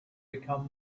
become